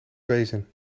wezen